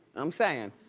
i'm saying.